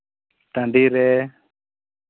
ᱴᱟᱺᱰᱤ ᱨᱮ